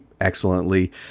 excellently